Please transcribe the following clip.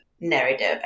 narrative